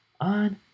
on